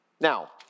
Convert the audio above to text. Now